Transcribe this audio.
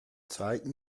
zeige